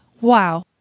Wow